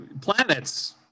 planets